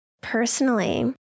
personally